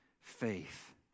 faith